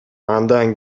андан